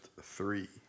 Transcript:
three